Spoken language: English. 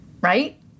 right